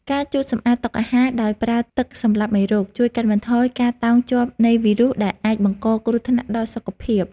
ការជូតសម្អាតតុអាហារដោយប្រើទឹកសម្លាប់មេរោគ ជួយកាត់បន្ថយការតោងជាប់នៃវីរុសដែលអាចបង្កគ្រោះថ្នាក់ដល់សុខភាព។